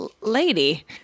lady